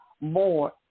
More